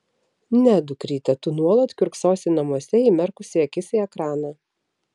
ne dukryte tu nuolat kiurksosi namuose įmerkusi akis į ekraną